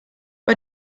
bei